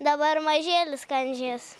dabar mažylis kandžiojas